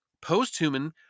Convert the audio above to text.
Post-human